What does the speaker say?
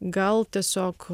gal tiesiog